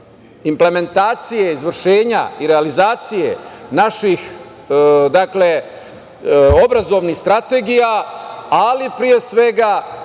implementacije izvršenja i realizacije naših obrazovnih strategija, ali pre svega